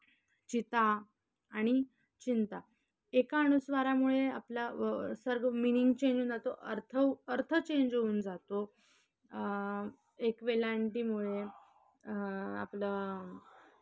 चिता आणि चिंता एका अनुस्वारामुळे आपला व सर्व मिनिंग चेंज होऊन जातो अर्थ अर्थ चेंज होऊन जातो एक वेलांटीमुळे आपलं